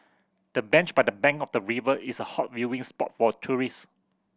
the bench by the bank of the river is a hot viewing spot for tourist